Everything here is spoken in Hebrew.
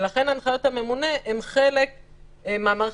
ולכן הנחיות הממונה הן חלק מהמערכת